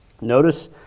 Notice